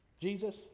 Jesus